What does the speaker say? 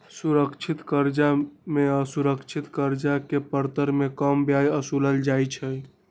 सुरक्षित करजा में असुरक्षित करजा के परतर में कम ब्याज दर असुलल जाइ छइ